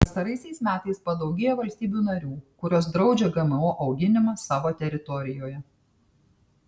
pastaraisiais metais padaugėjo valstybių narių kurios draudžia gmo auginimą savo teritorijoje